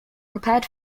prepared